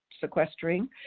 sequestering